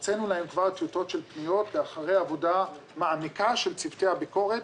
הוצאנו להם כבר טיוטות של פניות אחרי עבודה מעמיקה של צוותי הביקורת.